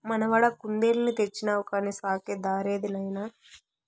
మనవడా కుందేలుని తెచ్చినావు కానీ సాకే దారేది నాయనా